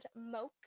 mocha